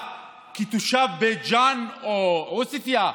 כתושב בית ג'ן או עוספיא,